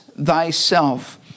thyself